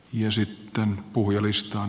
arvoisa herra puhemies